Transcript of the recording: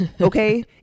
Okay